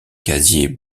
casier